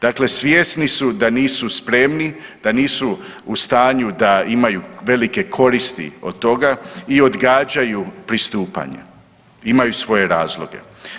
Dakle, svjesni su da nisu spremni, da nisu u stanju da imaju velike koristi od toga i odgađaju pristupanja, imaju svoje razloge.